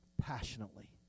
passionately